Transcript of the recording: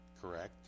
Correct